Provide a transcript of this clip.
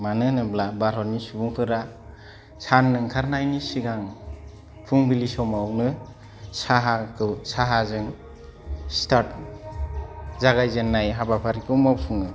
मानो होनोब्ला भारतनि सुबुंफोरा सान ओंखारनायनि सिगां फुंबिलि समावनो साहाखौ साहाजों स्टर्ट जागाय जेननाय हाबाफारिखौ मावफुङो